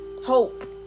hope